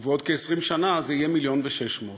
ובעוד כ-20 שנה זה יהיה 1.6 מיליון.